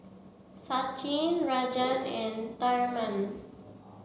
Sachin Rajan and Tharman